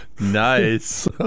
Nice